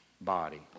body